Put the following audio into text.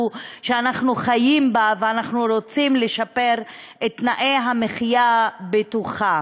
שאנחנו חיים בה ואנחנו רוצים לשפר את תנאי המחיה בתוכה.